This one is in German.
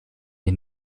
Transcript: den